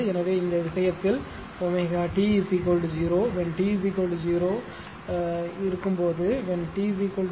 எனவே இந்த விஷயத்தில் ω t 0 when t 0 போது when t 0 ஆக இருக்கும்போது I 0